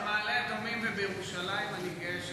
במעלה-אדומים ובירושלים אני גאה שחתמתי.